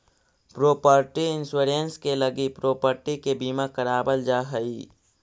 property insurance के लगी property के बीमा करावल जा हई